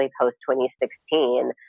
post-2016